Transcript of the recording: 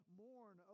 mourn